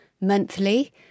monthly